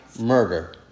murder